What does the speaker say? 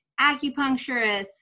acupuncturist